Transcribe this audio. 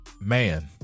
man